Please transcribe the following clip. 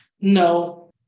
No